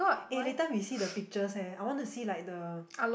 eh later we see the pictures leh I want to see like the